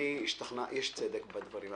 צדק בדברים.